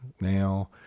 now